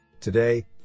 Today